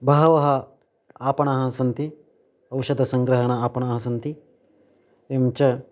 बहवः आपणानि सन्ति औषधसङ्ग्रहण आपणानि सन्ति एवं च